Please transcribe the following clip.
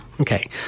okay